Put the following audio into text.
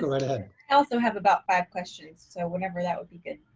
go right ahead. i also have about five questions so whenever that would be good.